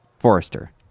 forester